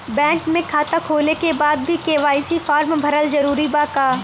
Bank में खाता होला के बाद भी के.वाइ.सी फार्म भरल जरूरी बा का?